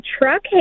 Truck